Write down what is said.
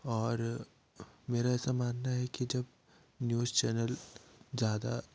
और मेरा ऐसा मनाना है कि न्यूज चैनल ज़्यादा